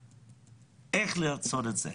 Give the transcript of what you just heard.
איך לעשות את זה?